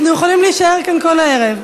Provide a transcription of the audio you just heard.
אנחנו יכולים להישאר כאן כל הערב.